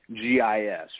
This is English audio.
GIS